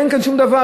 אין כאן שום דבר,